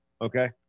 okay